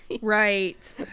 Right